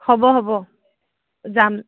হ'ব হ'ব যাম